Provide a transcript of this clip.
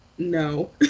No